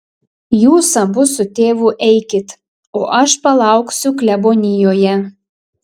jūs abu su tėvu eikit o aš palauksiu klebonijoje